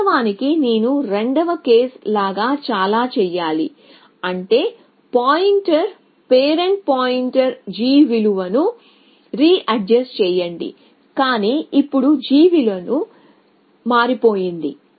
వాస్తవానికి నేను రెండవ కేస్ లాగా ఇలా చేయాలి అంటే పాయింటర్ పేరెంట్ పాయింటర్ g విలువను రీఅడ్జస్ట్ చేయండి కానీ ఇప్పుడు g విలువ మారిపోయింది